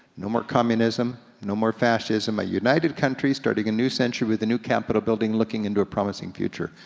no more communism, no more fascism, a united country, starting a new century, with a new capital building, looking into a promising future.